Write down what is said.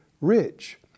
rich